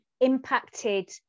impacted